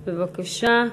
בבקשה.